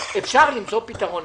אפשר למצוא פתרון,